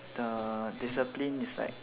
the discipline is like